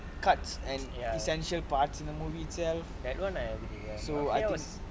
cuts and essential parts in the movie itself so I think